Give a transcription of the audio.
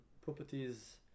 properties